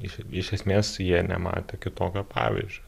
iš iš esmės jie nematė kitokio pavyzdžio